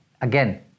again